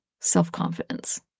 self-confidence